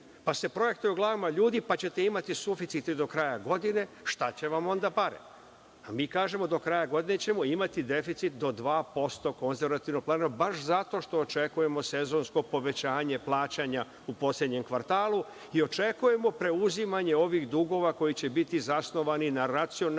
pa se projektuje o glavama ljudi, pa ćete imati suficit do kraja godine, šta će vam onda pare, a mi kažemo do kraja godine ćemo imati deficit do 2% konzervativnog plana baš zato što očekujemo sezonsko povećanje plaćanja u poslednjem kvartalu i očekujemo preuzimanje ovih dugova koji će biti zasnovani na racionalnim